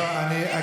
בסדר, אני מבין.